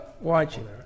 watching